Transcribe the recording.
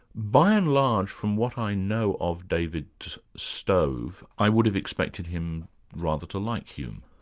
by and large, from what i know of david stove, i would have expected him rather to like hume.